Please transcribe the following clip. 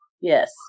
Yes